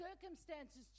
circumstances